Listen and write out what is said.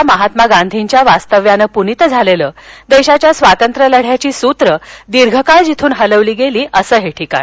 राष्ट्रपिता महात्मा गांधींच्या वास्तव्यानं पुनीत झालेलं देशाच्या स्वातंत्र्यलढ्याची सूत्रं दीर्घकाळ जिथून हलवली गेली असं हे ठिकाण